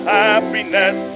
happiness